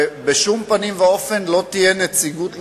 ובשום פנים ואופן לא תהיה בה נציגות ליישוב,